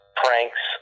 pranks